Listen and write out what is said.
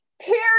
Period